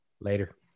Later